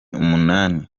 umunani